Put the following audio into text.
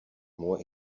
more